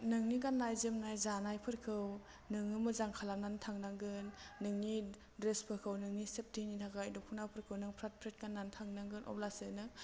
नोंनि गान्नाय जोमनाय जानायफोरखौ नोङो मोजां खालामनानै थांनांगोन नोंनि द्रेसफोरखौ नोंनि सेप्तिनि थाखाय दख'नाफोरखौ नों फ्रात फ्रित गान्ना थांनांगोन अब्लासो नों